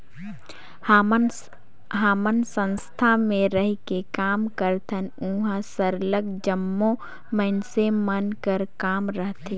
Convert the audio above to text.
हमन संस्था में रहिके काम करथन उहाँ सरलग जम्मो मइनसे मन कर काम रहथे